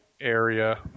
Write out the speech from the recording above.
area